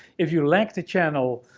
if you lack the channel,